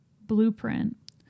blueprint